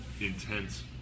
intense